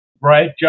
Right